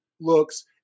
looks